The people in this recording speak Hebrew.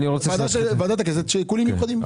ועדת הכנסת משיקולים מיוחדים.